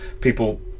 people